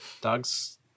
Dogs